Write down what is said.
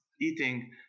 eating